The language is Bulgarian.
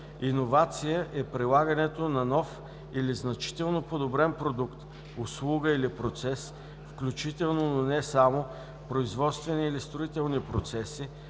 „Иновация“ е прилагането на нов или значително подобрен продукт, услуга или процес, включително, но не само, производствени или строителни процеси,